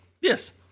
Yes